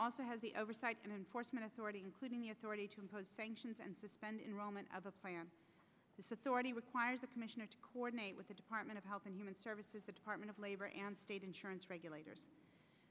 also has the oversight and enforcement authority including the authority to impose sanctions and suspend in roman of a plan this authority requires a commissioner to coordinate with the department of health and human services the department of labor and state insurance regulators